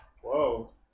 Whoa